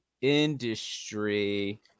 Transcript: industry